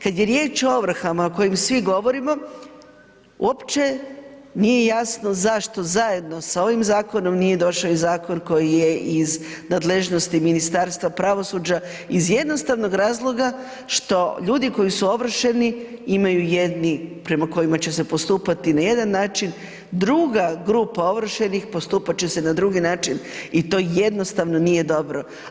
Kad je riječ o ovrhama o kojim svi govorimo, uopće nije jasno zašto zajedno sa ovim zakonom nije došao i zakon koji je iz nadležnosti Ministarstva pravosuđa iz jednostavnog razloga što ljudi koji su ovršeni imaju jedni prema kojima će se postupati na jedan način, druga grupa ovršenih postupat će se na drugi način i to jednostavno nije dobro.